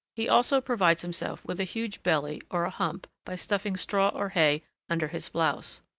he also provides himself with a huge belly or a hump by stuffing straw or hay under his blouse.